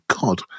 God